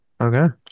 Okay